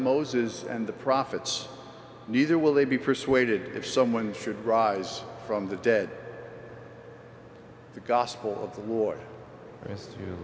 moses and the prophets neither will they be persuaded if someone should rise from the dead the gospel of the war